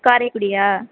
காரைக்குடியா